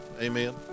amen